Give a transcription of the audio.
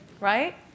Right